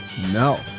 No